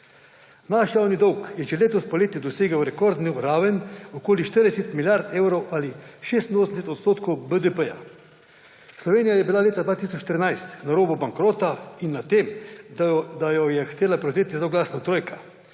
Naš javni dolg je že letos poleti dosegel rekordno raven okoli 40 milijard evrov ali 86 % BDP. Slovenija je bila leta 2014 na robu bankrota in na tem, da jo je hotela prevzeti zloglasna trojka,